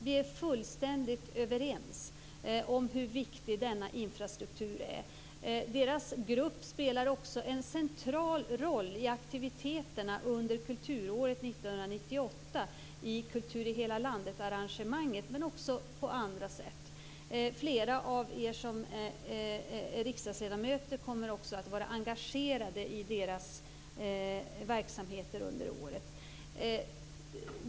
Vi är fullständigt överens om hur viktig denna infrastruktur är. Gruppen spelar också en central roll i aktiviteterna under kulturåret 1998 i Kultur i hela landet arrangemanget, men också på andra sätt. Flera av er som är riksdagsledamöter kommer också att vara engagerade i deras verksamheter under året.